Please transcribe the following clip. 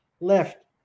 left